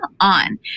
on